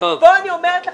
פה אני אומרת לך,